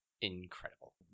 incredible